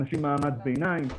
אתם אנשי מעמד הביניים,